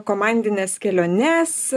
komandines keliones